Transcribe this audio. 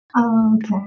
okay